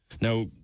now